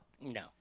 No